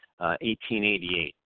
1888